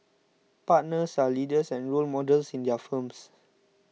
partners are leaders and role models in their firms